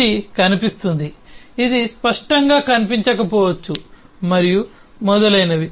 ఇది కనిపిస్తుంది ఇది స్పష్టంగా కనిపించకపోవచ్చు మరియు మొదలైనవి